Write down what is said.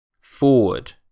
forward